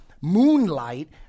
moonlight